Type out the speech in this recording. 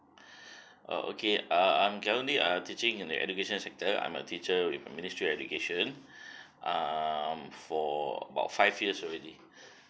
oh okay uh I'm currently uh teaching in the education sector I'm a teacher with a ministry education um for about five years already